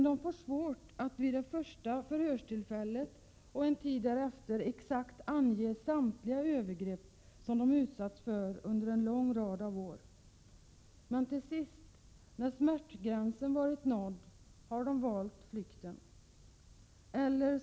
De får svårt att vid det första förhörstillfället och en tid därefter exakt ange samtliga övergrepp som de utsatts för under en lång rad år. Till sist, när smärtgränsen nåtts, har de valt flykten.